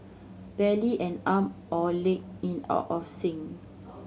barely an arm or leg in out of sync